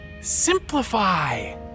Simplify